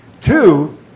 Two